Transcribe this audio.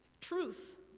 Truth